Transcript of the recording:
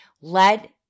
let